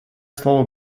слово